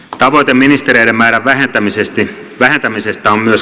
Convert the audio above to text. tavoite ministereiden määrän vähentämisestä on myös kannatettava